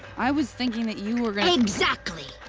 i was thinking that you were gonna exactly.